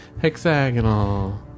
hexagonal